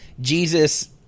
Jesus